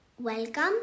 Welcome